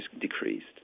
decreased